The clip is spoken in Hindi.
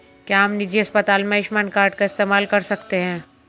क्या हम निजी अस्पताल में आयुष्मान कार्ड का इस्तेमाल कर सकते हैं?